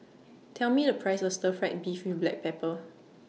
Tell Me The Price of Stir Fried Beef with Black Pepper